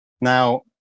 now